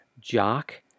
jock